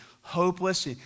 hopeless